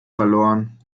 verloren